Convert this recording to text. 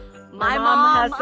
my mom